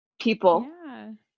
people